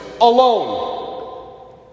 alone